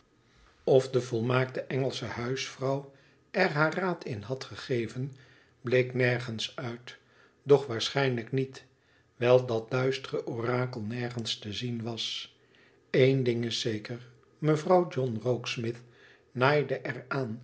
of de volmaakte engelsche huisvrouw er haar raad in had gegeven bleek nergens uit doch waarschijnlijk niet wijl dat duistere orakel nergens te zien was één ding is zeker mevrouw john rokesmith naaide er